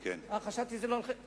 חשבתם שלאוניברסיטאות זה בחינם.